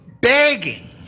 begging